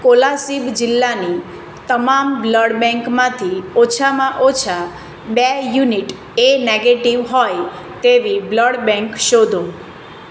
કોલાસિબ જિલ્લાની તમામ બ્લડ બેંકમાંથી ઓછામાં ઓછાં બે યુનિટ એ નેગેટિવ હોય તેવી બ્લડ બેંક શોધો